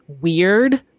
weird